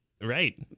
Right